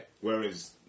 Whereas